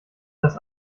das